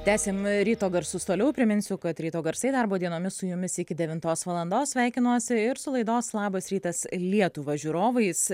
tęsiam ryto garsus toliau priminsiu kad ryto garsai darbo dienomis su jumis iki devintos valandos sveikinuosi ir su laidos labas rytas lietuva žiūrovais